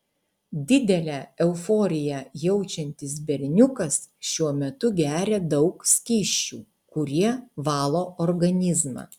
didelę euforiją jaučiantis berniukas šiuo metu geria daug skysčių kurie valo organizmą